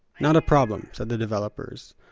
not a problem, said the developers.